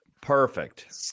perfect